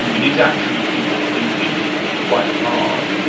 it is actually people thinking quite hard,